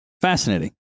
fascinating